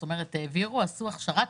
האוכלוסיות העיקריות זה חרדים וערבים.